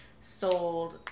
sold